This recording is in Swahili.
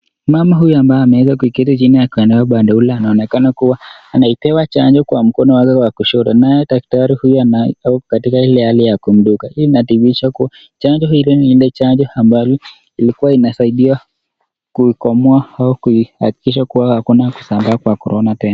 Mama huyu ambaye ameweza kuiketi chini akaanua badaula anaonekana kuwa anaipewa chanjo kwa mkono wake wa kushoto. Naye dakitari huyu ako katika hali ya kumdunga. Ili inadhihirisha kuwa chanjo hili ni ile chanjo ambayo ilikuwa inasaidia, kuikomoa ama kuakikisha kuwa hakuna kusambaa kwa korona tena.